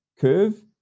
curve